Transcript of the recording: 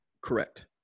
Correct